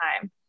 time